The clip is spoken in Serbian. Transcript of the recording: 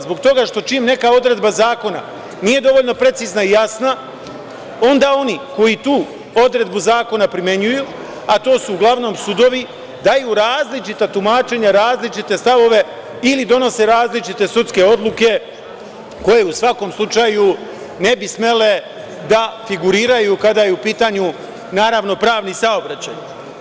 Zbog toga što čim neka odredba zakona nije dovoljno precizna i jasna, onda oni koji tu odredbu zakona primenjuju, a to su uglavnom sudovi daju različita tumačenja, različite stavove ili donose različite sudske odluke koje u svakom slučaju ne bi smele da figuriraju kada je u pitanju naravno pravni saobraćaj.